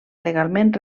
legalment